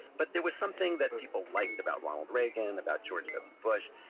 but there was something that people liked about ronald reagan and about george w. bush.